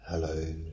Hello